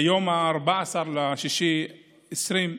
ביום 14 ביוני 2020,